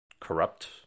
corrupt